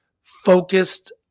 focused